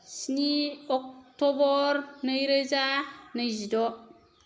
स्नि अक्ट'बर नैरोजा नैजिद'